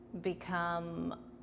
become